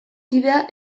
kidea